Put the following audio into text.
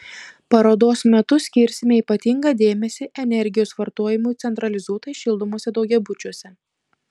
parodos metu skirsime ypatingą dėmesį energijos vartojimui centralizuotai šildomuose daugiabučiuose